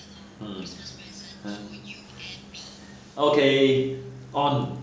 hmm !huh! okay on